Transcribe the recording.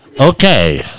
Okay